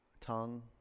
tongue